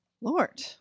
Lord